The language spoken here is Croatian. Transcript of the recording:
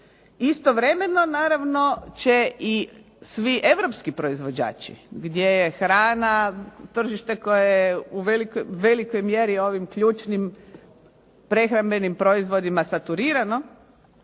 istovremeno naravno će i svi europski proizvođači gdje je hrana tržište koje je u velikoj mjeri ovim ključnim prehrambenim proizvodima saturirano